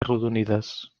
arrodonides